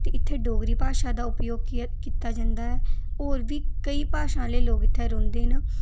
ते इत्थै डोगरी भाशा दा उपयोग कीता जंदा ऐ होर बी केईं भाशा आह्ले लोक इत्थै रौंह्दे न